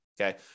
okay